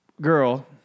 girl